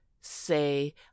say